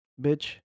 bitch